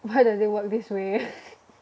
why does it work this way